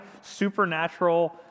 supernatural